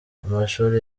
amashuri